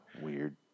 Weird